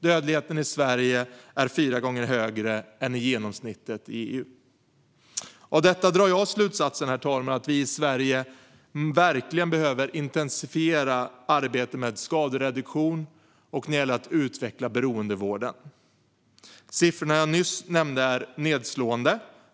Dödligheten i Sverige är fyra gånger högre än genomsnittet i EU. Av detta drar jag slutsatsen, herr talman, att vi i Sverige verkligen behöver intensifiera arbetet med skadereduktion och när det gäller att utveckla beroendevården. Sifforna jag nyss nämnde är nedslående.